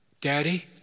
daddy